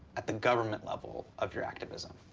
at the government level, of your activism?